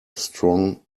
strong